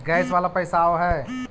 Gas वाला पैसा आव है?